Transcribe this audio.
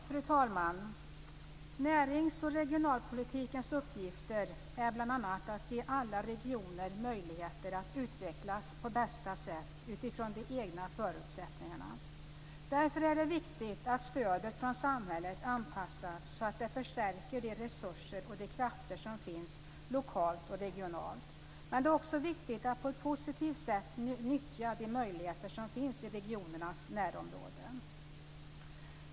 Fru talman! Närings och regionalpolitikens uppgift är bl.a. att ge alla regioner möjligheter att utvecklas på bästa sätt utifrån de egna förutsättningarna. Därför är det viktigt att stödet från samhället anpassas så att det förstärker de resurser och de krafter som finns lokalt och regionalt. Men det är också viktigt att på ett positivt sätt nyttja de möjligheter som finns i regionernas närområden.